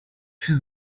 für